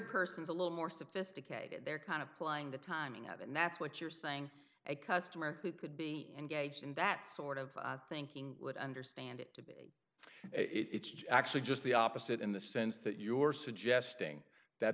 person is a little more sophisticated they're kind of plying the timing out and that's what you're saying a customer who could be engaged in that sort of thinking would understand it to be it's actually just the opposite in the sense that you're suggesting that